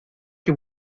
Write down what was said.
que